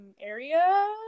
area